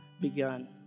begun